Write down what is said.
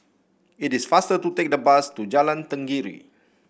it is faster to take the bus to Jalan Tenggiri